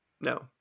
No